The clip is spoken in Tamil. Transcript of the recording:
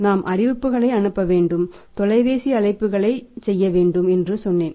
நாம் அறிவிப்புகளை அனுப்ப வேண்டும் தொலைபேசி அழைப்புகளைச் செய்ய வேண்டும் என்று சொன்னேன்